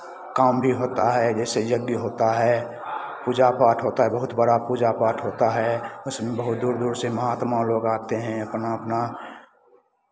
काम भी होता है जैसे यज्ञ होता है पूजा पाठ होता है बहुत बड़ा पूजा पाठ होता है उसमें बहुत दूर दूर से महात्मा लोग आते हैं अपना अपना